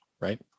right